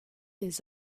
les